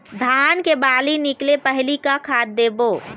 धान के बाली निकले पहली का खाद देबो?